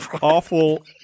awful